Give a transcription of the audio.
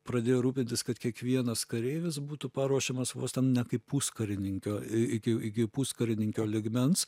pradėjo rūpintis kad kiekvienas kareivis būtų paruošiamas vos ne kaip puskarininkio iki iki puskarininkio lygmens